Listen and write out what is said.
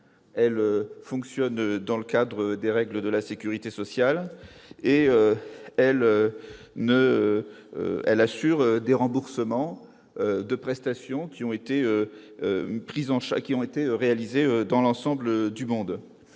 elle fonctionne dans le cadre des règles de la sécurité sociale et elle assure les remboursements de prestations réalisées dans le monde